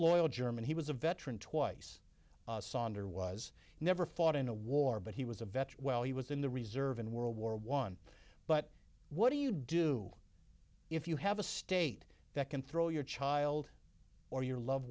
loyal german he was a veteran twice sonder was never fought in a war but he was a veteran while he was in the reserve in world war one but what do you do if you have a state that can throw your child or your loved